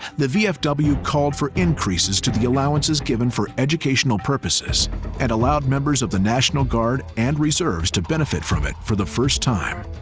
the vfw called for increases to the allowances given for educational purposes and allowed members of the national guard and reserves to benefit from it for the first time.